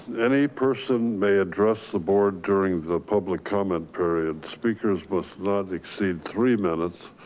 any person may address the board during the public comment period. speakers must not exceed three minutes